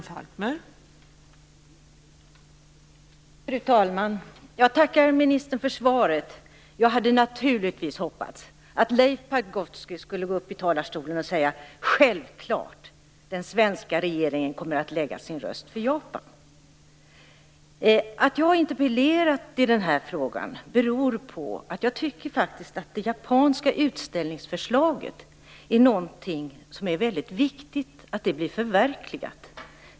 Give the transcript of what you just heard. Fru talman! Jag tackar ministern för svaret. Jag hade naturligtvis hoppats att Leif Pagrotsky från talarstolen skulle säga: "Självklart! Den svenska regeringen kommer att lägga sin röst på Japan." Att jag har interpellerat i denna fråga beror på att jag tycker att det är viktigt att det japanska utställningsförslaget blir förverkligat.